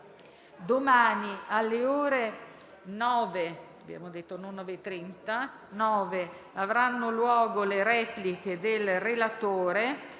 Domani, alle ore 9,30, avranno luogo le repliche del relatore